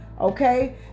Okay